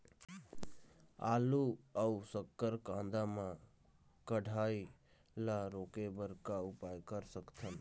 आलू अऊ शक्कर कांदा मा कढ़ाई ला रोके बर का उपाय कर सकथन?